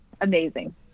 amazing